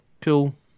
cool